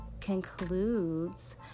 concludes